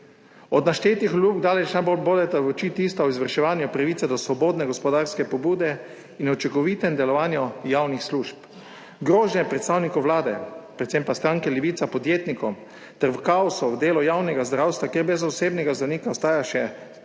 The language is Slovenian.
Od naštetih obljub daleč najbolj bodeta v oči tisti o izvrševanju pravice do svobodne gospodarske pobude in učinkovitem delovanju javnih služb. Grožnje predstavnikov vlade, predvsem pa stranke Levica, podjetnikom ter v kaosu v delu javnega zdravstva, kjer brez osebnega zdravnika ostaja še